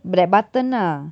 back button ah